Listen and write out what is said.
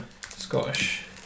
Scottish